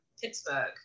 Pittsburgh